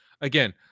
Again